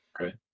Okay